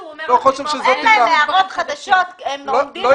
אין להם הערות חדשות אלא הם עומדים על